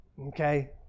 Okay